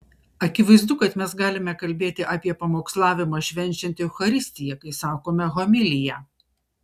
akivaizdu kad mes galime kalbėti apie pamokslavimą švenčiant eucharistiją kai sakome homiliją